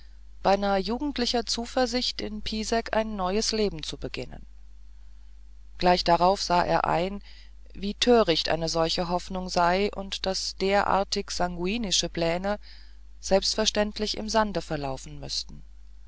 beinahe jugendlicher zuversicht in pisek ein neues leben zu beginnen gleich darauf sah er ein wie töricht eine solche hoffnung sei und daß derartig sanguinische pläne selbstverständlich im sande verlaufen müßten